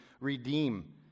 redeem